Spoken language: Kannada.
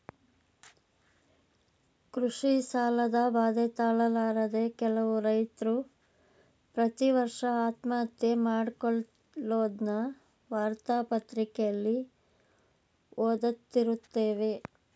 ಕೃಷಿ ಸಾಲದ ಬಾಧೆ ತಾಳಲಾರದೆ ಕೆಲವು ರೈತ್ರು ಪ್ರತಿವರ್ಷ ಆತ್ಮಹತ್ಯೆ ಮಾಡಿಕೊಳ್ಳದ್ನ ವಾರ್ತಾ ಪತ್ರಿಕೆಲಿ ಓದ್ದತಿರುತ್ತೇವೆ